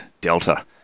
Delta